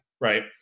right